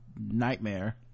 nightmare